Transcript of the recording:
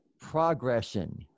progression